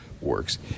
works